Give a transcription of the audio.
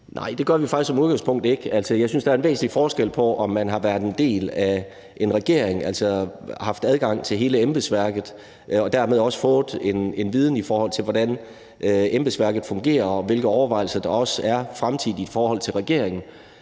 Nej, det gør vi faktisk som udgangspunkt ikke. Jeg synes, der en væsentlig forskel, i forhold til om man har været en del af en regering, altså haft adgang til hele embedsværket og dermed også fået en viden om, hvordan embedsværket fungerer, og hvilke overvejelser der også er i fremtiden i forhold til regeringen,